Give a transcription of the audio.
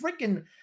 freaking –